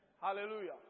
hallelujah